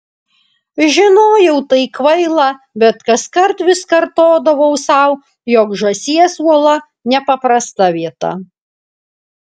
žinojau tai kvaila bet kaskart vis kartodavau sau jog žąsies uola nepaprasta vieta